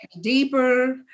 deeper